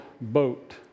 boat